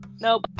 nope